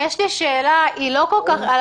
יש לי שאלה על המסתננים.